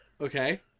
Okay